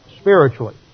spiritually